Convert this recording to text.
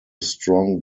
strong